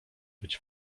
być